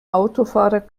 autofahrer